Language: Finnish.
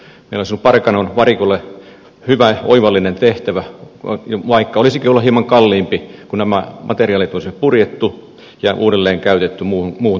meillä olisi ollut parkanon varikolle hyvä oivallinen tehtävä vaikka olisikin ollut hieman kalliimpi kun nämä materiaalit olisi purettu ja uudelleenkäytetty muuhun tarkoitukseen